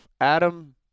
Adam